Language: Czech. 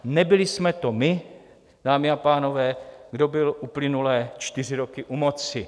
Nebyli jsme to my, dámy a pánové, kdo byl uplynulé čtyři roky u moci.